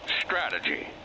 strategy